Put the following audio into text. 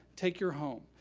take your home.